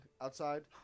outside